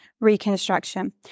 reconstruction